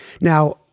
Now